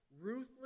Ruthless